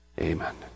Amen